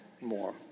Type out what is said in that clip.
more